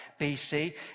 BC